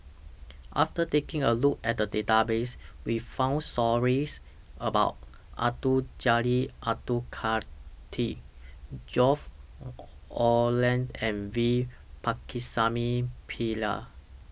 after taking A Look At The Database We found stories about Abdul Jalil Abdul Kadir George Oehlers and V Pakirisamy Pillai